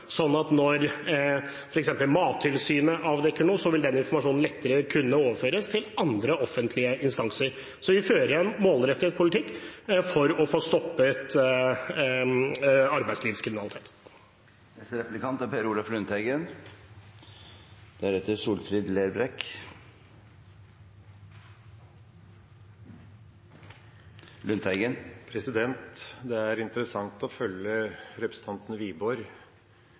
at når f.eks. Mattilsynet avdekker noe, vil den informasjonen lettere kunne overføres til andre offentlige instanser. Så vi fører en målrettet politikk for å få stoppet arbeidslivskriminalitet. Det er interessant å følge representanten Wiborg. I opposisjon var representanten veldig opptatt av å påpeke det som folk følte i hverdagen. Nå i posisjon er representanten